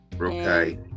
okay